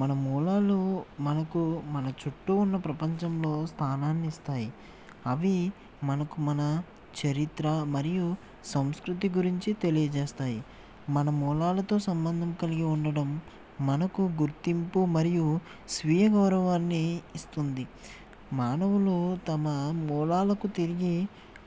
మన మూలాలు మనకు మన చుట్టూ ఉన్న ప్రపంచంలో స్థానాన్ని ఇస్తాయి అవి మనకు మన చరిత్ర మరియు సంస్కృతి గురించి తెలియజేస్తాయి మన మూలాలతో సంబంధం కలిగి ఉండడం మనకు గుర్తింపు మరియు స్వీయ గౌరవాన్ని ఇస్తుంది మానవులు తమ మూలాలకు తిరిగి